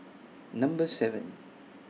Number seven